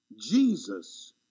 Jesus